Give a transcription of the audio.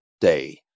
day